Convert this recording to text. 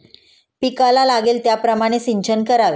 पिकाला लागेल त्याप्रमाणे सिंचन करावे